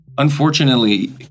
Unfortunately